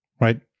Right